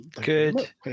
Good